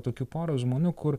tokių pora žmonių kur